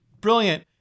brilliant